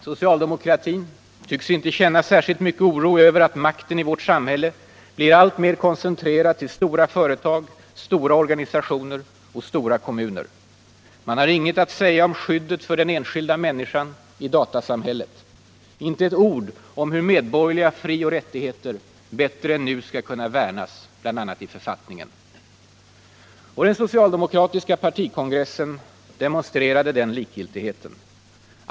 Socialdemokratin tycks inte känna särskilt mycket oro över att makten i vårt samhälle blir alltmer koncentrerad till stora företag, stora organisationer och stora kommuner. Man har inget att säga om skyddet för den enskilda människan i datasamhället. Inte ett ord om hur medborgerliga fri och rättigheter bättre än nu skall kunna värnas bl.a. i författningen. Den socialdemokratiska partikongressen demonstrerade den likgiltigheten.